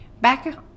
back